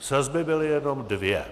Sazby byly jenom dvě.